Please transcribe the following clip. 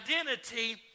identity